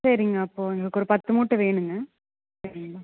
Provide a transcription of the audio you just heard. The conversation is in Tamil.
சரிங்க அப்போ எங்களுக்கு ஒரு பத்து மூட்டை வேணுங்க சரிங்களா